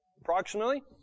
approximately